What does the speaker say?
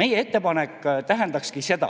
Meie ettepanek tähendakski seda,